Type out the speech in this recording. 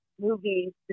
movie